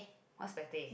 what's pate